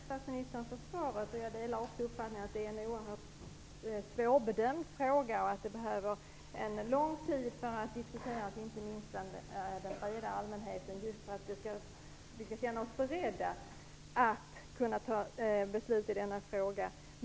Fru talman! Jag tackar statsministern för svaret. Jag delar också uppfattningen att det är en oerhört svårbedömd fråga och att det behövs lång tid för att diskutera den, inte minst bland den breda allmänheten, för att vi skall kunna känna oss beredda att fatta beslut i denna fråga.